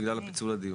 בגלל פיצול הדיון.